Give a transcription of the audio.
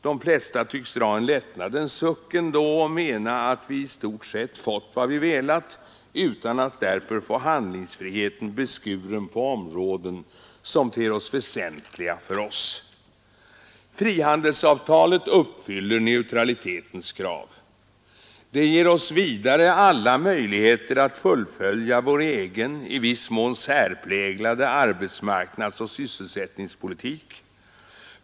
De flesta tycks ändå dra en lättnadens suck och mena att vi i stort sett har fått vad vi velat utan att därför få handlingsfriheten beskuren på områden som ter sig väsentliga för oss. Frihandelsavtalet uppfyller neutralitetens krav. Det ger oss vidare alla möjligheter att fullfölja vår egen i viss mån särpräglade arbetsmarknadsoch sysselsättningspolitik.